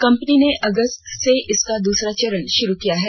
company ने अगस्त से इसका दूसरा चरण शुरू किया है